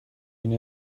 این